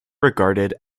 regarded